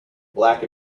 black